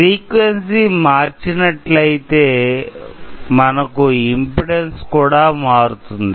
frequency మార్చినట్లయితే మనకు impedance కూడా మారుతుంది